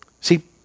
See